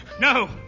No